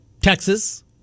Texas